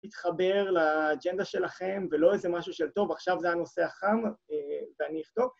להתחבר לאג'נדה שלכם ולא איזה משהו של טוב, עכשיו זה הנושא החם ואני אכתוב.